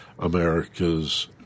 America's